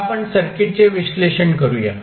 तर आपण सर्किटचे विश्लेषण करूया